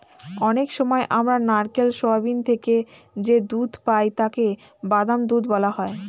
অনেক সময় আমরা নারকেল, সোয়াবিন থেকে যে দুধ পাই তাকে বাদাম দুধ বলা হয়